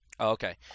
Okay